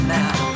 now